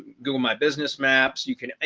google, my business maps, you can,